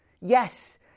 Yes